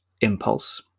impulse